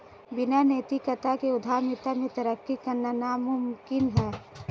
बिना नैतिकता के उद्यमिता में तरक्की करना नामुमकिन है